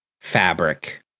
fabric